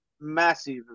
massive